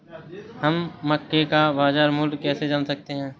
हम मक्के का बाजार मूल्य कैसे जान सकते हैं?